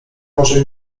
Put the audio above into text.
może